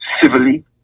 civilly